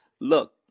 look